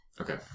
Okay